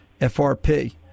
FRP